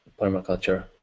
permaculture